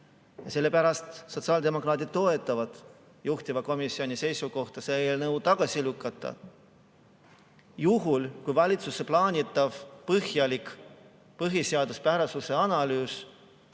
Sellepärast sotsiaaldemokraadid toetavad juhtiva komisjoni seisukohta see eelnõu tagasi lükata. Juhul kui valitsuse plaanitav põhjalik põhiseaduspärasuse analüüs